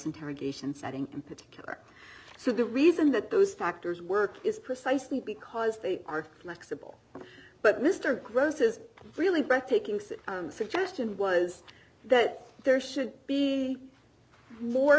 interrogation setting in particular so the reason that those factors work is precisely because they are flexible but mr gross's really breathtaking sit suggestion was that there should be more